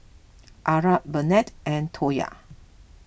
Arra Bennett and Toya